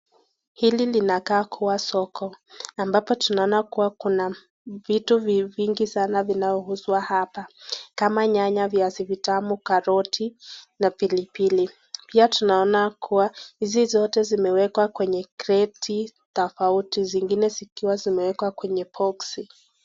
Hapa panakaa kuwa soko, ambapo tunaona kuwa kuna vitu vingi sana vinavyouzwa hapa. Kama nyanya, viazi vitamu, karoti na pilipili. Pia tunaona kuwa hizi zote zimewekwa kwenye kreti tofauti, zingine zikiwa zimewekwa kwenye(cs)box(cs).